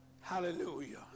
Hallelujah